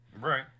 right